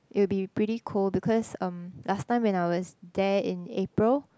it would be pretty cold because um last time when I was there in April